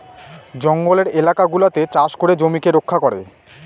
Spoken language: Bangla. জঙ্গলের এলাকা গুলাতে চাষ করে জমিকে রক্ষা করে